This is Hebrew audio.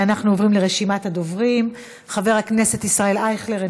אנחנו עוברים לרשימת הדוברים: חבר הכנסת ישראל אייכלר,